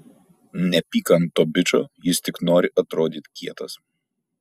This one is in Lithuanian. nepyk ant to bičo jis tik nori atrodyt kietas